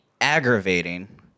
aggravating